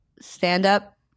stand-up